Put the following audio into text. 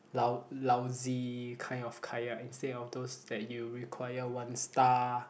lou~ lousy kind of kayak instead of those that you require one star